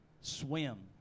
swim